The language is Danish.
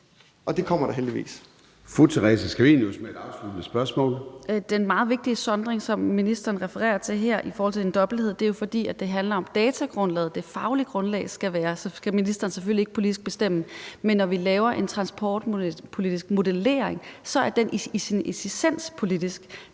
Scavenius med et afsluttende spørgsmål. Kl. 14:20 Theresa Scavenius (UFG): Den meget vigtige sondring, som ministeren refererer til her i forhold til den dobbelthed, sker jo, fordi det handler om datagrundlaget. Det faglige grundlag skal ministeren selvfølgelig ikke politisk bestemme, men når vi laver en transportpolitisk modellering, er den i sin essens politisk.